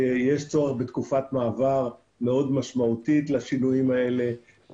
שיש צורך בתקופת מעבר מאוד משמעותית לשינויים האלה,